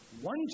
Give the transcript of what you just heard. One